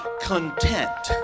content